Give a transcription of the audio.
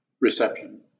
Reception